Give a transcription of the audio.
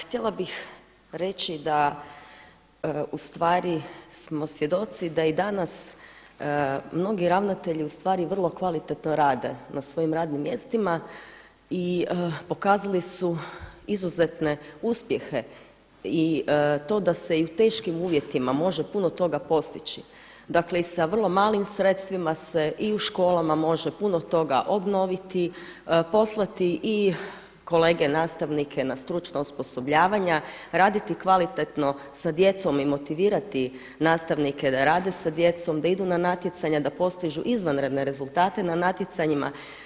Htjela bih reći da ustvari smo svjedoci da i danas mnogi ravnatelji ustvari vrlo kvalitetno rade na svojim radnim mjestima i pokazali su izuzetne uspjehe i to da se i u teškim uvjetima može puno toga postići, dakle i sa vrlo malim sredstvima se i u školama može puno toga obnoviti, poslati i kolege nastavnike na stručna osposobljavanja, raditi kvalitetno sa djecom i motivirati nastavnice da rade sa djecom, da idu na natjecanja, da postižu izvanredne rezultate na natjecanjima.